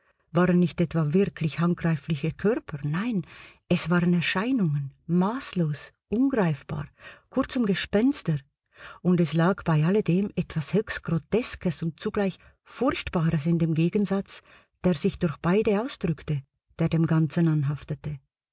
waren nicht etwa wirklich handgreifliche körper nein es waren erscheinungen maßlos ungreifbar kurzum gespenster und es lag bei alledem etwas höchst groteskes und zugleich furchtbares in dem gegensatz der sich durch beide ausdrückte der dem ganzen anhaftete